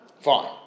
Fine